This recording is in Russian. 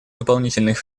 дополнительных